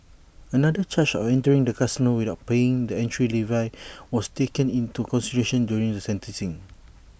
another charge of entering the casino without paying the entry levy was taken into consideration during the sentencing